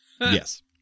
yes